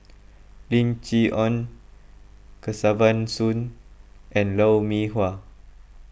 Lim Chee Onn Kesavan Soon and Lou Mee Wah